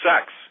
sex